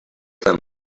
them